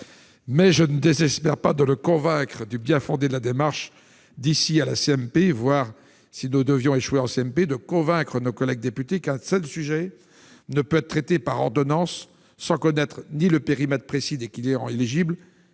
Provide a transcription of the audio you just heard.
Mais je ne désespère pas de le convaincre du bien-fondé de la démarche d'ici à la commission mixte paritaire, voire, si nous devions échouer en CMP, de persuader nos collègues députés qu'un tel sujet ne peut être traité par ordonnance, sans connaître ni le périmètre précis des clients éligibles